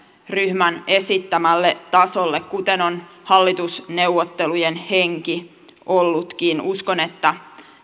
ryhmän esittämälle tasolle kuten on hallitusneuvottelujen henki ollutkin uskon että